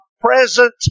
present